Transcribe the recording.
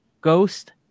Ghost